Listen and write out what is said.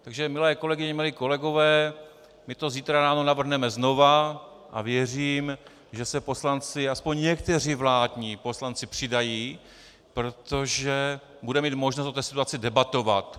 Takže milé kolegyně, milí kolegové, my to zítra ráno navrhneme znova a věřím, že se poslanci aspoň někteří vládní poslanci přidají, protože budeme mít možnost o této situaci debatovat.